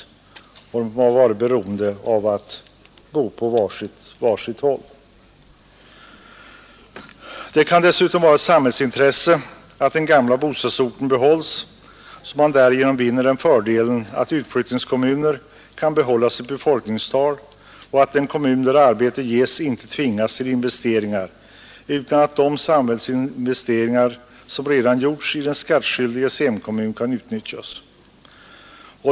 Det kan dessutom vara ett samhällsintresse att den gamla bostadsorten behålles, då man därigenom vinner den fördelen att utflyttningskommuner inte minskar sitt befolkningstal och att den kommun där arbete ges inte tvingas till investeringar utan de samhällsinvesteringar som redan gjorts i den skattskyldiges hemkommun kan utnyttjas.